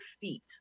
feet